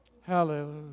Hallelujah